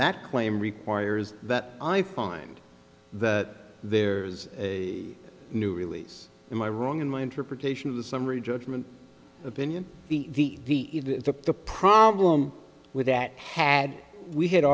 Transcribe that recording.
that claim requires that i find that there's a new release am i wrong in my interpretation of the summary judgment opinion the problem with that had we had